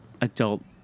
adult